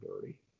dirty